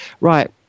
right